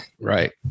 Right